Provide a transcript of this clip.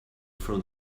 from